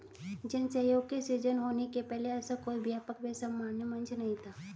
जन सहयोग के सृजन होने के पहले ऐसा कोई व्यापक व सर्वमान्य मंच नहीं था